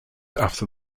after